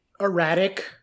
erratic